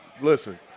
Listen